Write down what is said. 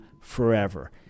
forever